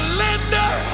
lender